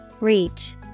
Reach